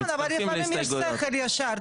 נכון אבל לכולם יש שכל ישר,